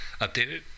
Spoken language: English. updated